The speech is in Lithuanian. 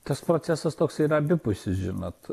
tas procesas toks yra abipusis žinot